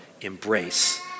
embrace